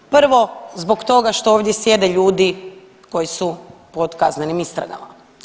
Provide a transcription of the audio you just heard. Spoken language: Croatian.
Prvo zbog toga što ovdje sjede ljudi koji su pod kaznenim istragama.